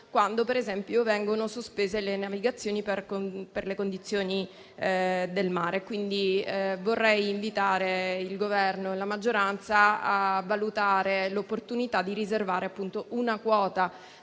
quando per esempio vengono sospese le navigazioni per le condizioni del mare. Vorrei quindi invitare il Governo e la maggioranza a valutare l'opportunità di riservare una quota